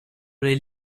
dei